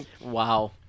Wow